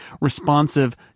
responsive